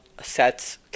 sets